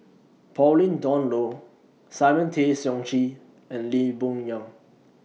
Pauline Dawn Loh Simon Tay Seong Chee and Lee Boon Yang